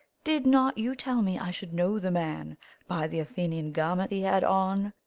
did not you tell me i should know the man by the athenian garments he had on?